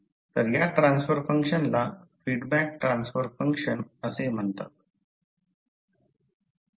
तर या ट्रान्सफर फंक्शनला फीडबॅक ट्रान्सफर फंक्शन असे म्हणतात